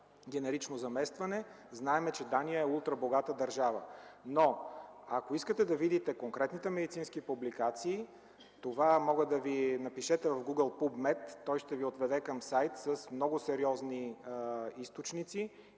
генерично заместване. Знаем, че Дания е ултра богата държава. Ако искате да видите конкретните медицински публикации, напишете в Google „PubMed”. Той ще ви отведе към сайт с много сериозни източници.